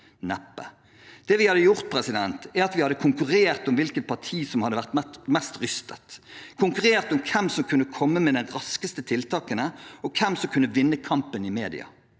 Neppe. Det vi hadde gjort, er at vi hadde konkurrert om hvilket parti som var mest rystet, konkurrert om hvem som kunne komme med de raskeste tiltakene, og hvem som kunne vinne kampen i media.